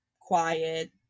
quiet